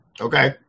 Okay